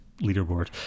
leaderboard